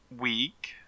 week